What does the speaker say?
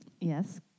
Yes